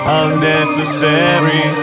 unnecessary